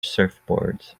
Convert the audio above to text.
surfboards